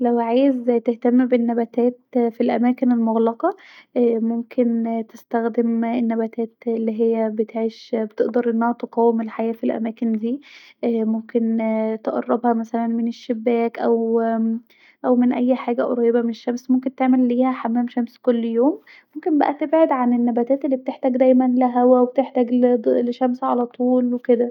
لو عايز تهتم بالنباتات في الأماكن المغلقه ممكن استخدم النباتات الي بتعيش الي بتقدر أنها تقاوم الحياه في الأماكن ديه ممكن تقربها مثلا من الشباك أو من اي حاجه قريبه من الشمس ممكن تعمل الي هي حمام شمس كل يوم ممكن بقي تبعد عن النباتات الي بتحتاح دايما لهوا وشمس علي طول وكدة